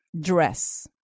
dress